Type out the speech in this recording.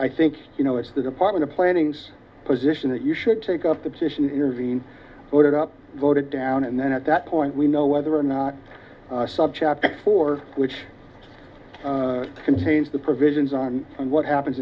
i think you know it's the department of planning's position that you should take up the position intervene ordered up voted down and then at that point we know whether or not subchapter for which contains the provisions on what happens